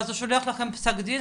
ואז הוא שולח לכם פסק דין,